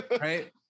Right